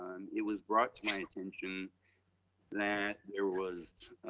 and it was brought to my attention that there was